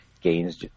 gains